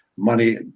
money